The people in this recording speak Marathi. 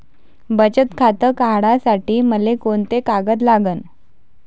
बचत खातं काढासाठी मले कोंते कागद लागन?